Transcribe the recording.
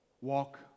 Walk